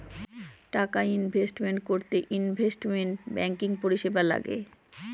টাকা ইনভেস্ট করতে investment banking পরিষেবা লাগে